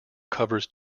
covers